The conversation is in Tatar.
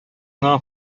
моңа